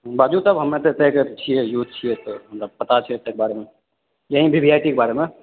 बाजू तब हम एतय साइडमे छियै यूज छियै तऽ पता छै एकर बारेमे main V V I P के बारेमे